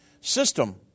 system